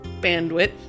bandwidth